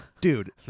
dude